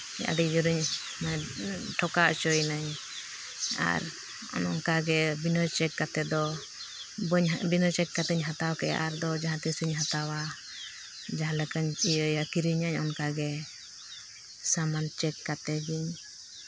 ᱟᱹᱰᱤ ᱡᱳᱨᱤᱧ ᱴᱷᱚᱠᱟᱣ ᱦᱚᱪᱚᱭᱮᱱᱟᱹᱧ ᱟᱨ ᱚᱱᱠᱟᱜᱮ ᱵᱤᱱᱟᱹ ᱪᱮᱠ ᱠᱟᱛᱮ ᱫᱚ ᱵᱤᱱᱟᱹ ᱪᱮᱠ ᱠᱟᱛᱤᱧ ᱦᱟᱛᱟᱣ ᱠᱮᱜᱼᱟ ᱟᱨ ᱫᱚ ᱡᱟᱦᱟᱸ ᱛᱤᱥ ᱤᱧ ᱦᱟᱛᱟᱣᱟ ᱡᱟᱦᱟᱸ ᱞᱮᱠᱟᱧ ᱠᱤᱨᱤᱧᱟᱹ ᱚᱱᱠᱟ ᱜᱮ ᱥᱟᱢᱟᱱ ᱪᱮᱠ ᱠᱟᱛᱮ ᱜᱤᱧ